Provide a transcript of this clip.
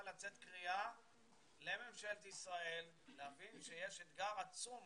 לצאת קריאה לממשלת ישראל להבין שיש אתגר עצום